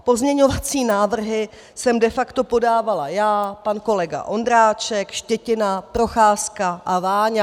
Pozměňovací návrhy jsem de facto podávala já, pan kolega Ondráček, Štětina, Procházka a Váňa.